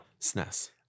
SNES